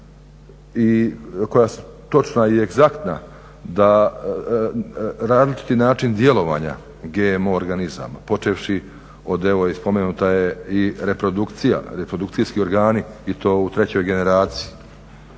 koja su točna i egzaktna da različiti način djelovanja GMO organizama, počevši od evo i spomenuta je i reprodukcija, reprodukcijski organi i to u trećoj generaciji.